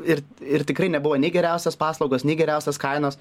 ir ir tikrai nebuvo nei geriausios paslaugos nei geriausios kainos